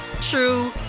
true